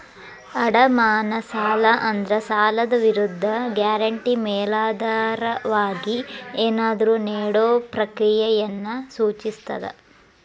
ಅಡಮಾನ ಸಾಲ ಅಂದ್ರ ಸಾಲದ್ ವಿರುದ್ಧ ಗ್ಯಾರಂಟಿ ಮೇಲಾಧಾರವಾಗಿ ಏನಾದ್ರೂ ನೇಡೊ ಪ್ರಕ್ರಿಯೆಯನ್ನ ಸೂಚಿಸ್ತದ